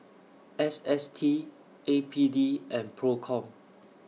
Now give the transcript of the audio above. S S T A P D and PROCOM